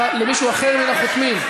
למישהו אחר מן החותמים?